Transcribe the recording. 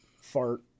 fart